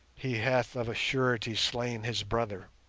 he hath of a surety slain his brother,